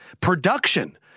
production